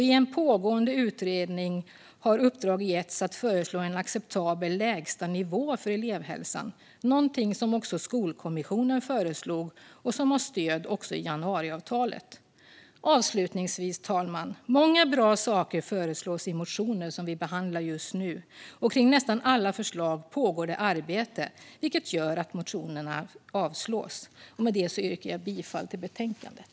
I en pågående utredning har uppdrag getts att föreslå en acceptabel lägstanivå för elevhälsan, någonting som också skolkommissionen föreslog och som har stöd i januariavtalet. Avslutningsvis, fru talman: Många bra saker föreslås i de motioner som vi behandlar just nu, och kring nästan alla förslag pågår det arbete, vilket gör att motionerna avslås. Med detta yrkar jag bifall till förslaget i betänkandet.